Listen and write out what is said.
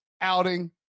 outing